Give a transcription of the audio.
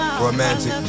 Romantic